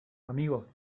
amigo